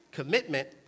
Commitment